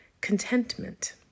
contentment